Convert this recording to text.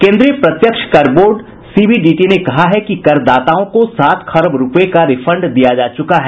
केन्द्रीय प्रत्यक्ष कर board C B D T ने कहा है कि कर दाताओं को सात खरब रूपये का रिफंड दिया जा चुका है